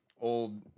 old